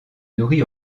nourrit